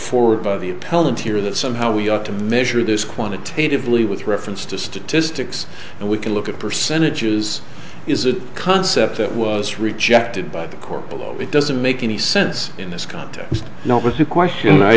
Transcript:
forward by the pelletier that somehow we ought to measure this quantitatively with reference to statistics and we can look at percentages is a concept that was rejected by the court below it doesn't make any sense in this context no but the question i